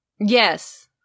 yes